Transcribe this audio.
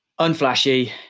unflashy